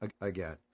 again